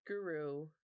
guru